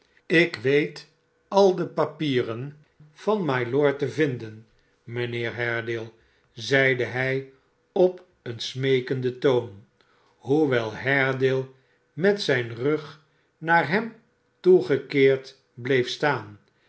ik weet al de papieren van mylord te vinden mijnheer harelale zeide hij op een smeekenden toon hoewel haredale met zijn rug naar hem toegekeerd bleef staan